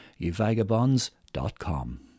evagabonds.com